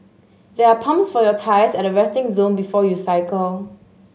there are pumps for your tyres at the resting zone before you cycle